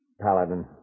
Paladin